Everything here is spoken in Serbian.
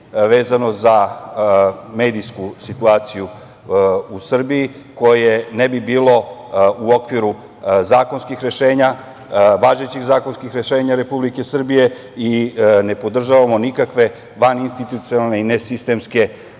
vezano za medijsku situaciju u Srbiji, koje ne bi bilo u okviru zakonskih rešenja, važećih zakonskih rešenja Republike Srbije i ne podržavamo nikakve van institucionalne i ne sistemske